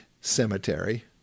cemetery